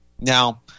Now